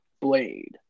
Blade